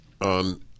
On